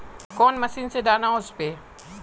कौन मशीन से दाना ओसबे?